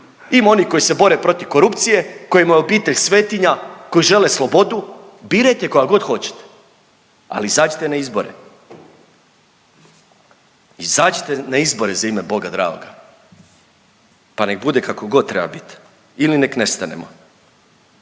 imate onih koji se bore protiv korupcije, kojima je obitelj svetinja, koji žele slobodu, birajte koga god hoćete, ali izađite na izbore, izađite na izbore za ime Boga dragoga, pa nek bude kako god treba bit ili nek nestanemo,